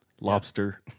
Lobster